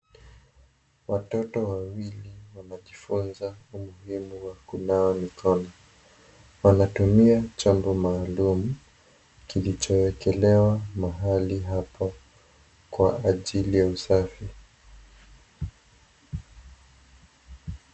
Watoto waili wanajifunza umuhimu wa kunawa mikono. Wanatumia chombo maalum kilichowekelewa mahali hapo kwa ajili ya usafi.